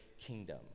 kingdom